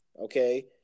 okay